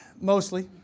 mostly